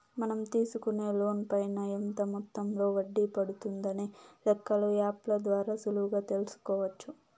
మనం తీసుకునే లోన్ పైన ఎంత మొత్తంలో వడ్డీ పడుతుందనే లెక్కలు యాప్ ల ద్వారా సులువుగా తెల్సుకోవచ్చు